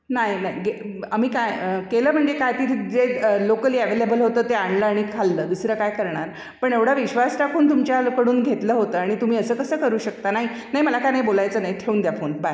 नाई नाई गे आम्ही काय केलं म्हणजे काय तिथे जे लोकली अव्हेलेबल होतं ते आणलं आणि खाल्लं दुसरं काय करणार एवढा विश्वास टाखून तुमच्याकडून घेतलं होतं आणि तुम्ही असं कसं करू शकता नाई नाई मला काय नाई बोलायचं नाई ठेऊन द्या फोन बाय